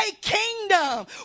kingdom